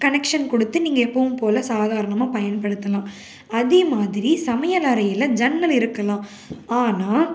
connection கொடுத்து நீங்கள் எப்போவும் போல் சாதாரணமாக பயன்படுத்தலாம் அதே மாதிரி சமையலறையில் ஜன்னல் இருக்கலாம் ஆனால்